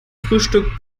frühstück